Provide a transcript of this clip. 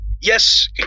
Yes